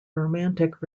romantic